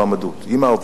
השר מבין את העניינים,